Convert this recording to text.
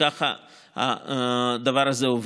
וכך הדבר הזה עובד.